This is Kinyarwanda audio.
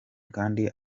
kandi